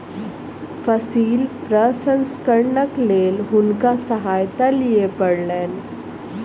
फसिल प्रसंस्करणक लेल हुनका सहायता लिअ पड़लैन